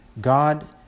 God